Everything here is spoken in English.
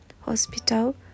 hospital